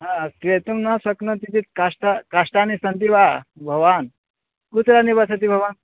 क्रेतुं न शक्नोति चेत् काष्ठं काष्ठानि सन्ति वा भवान् कुत्र निवसति भवान्